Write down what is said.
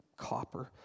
copper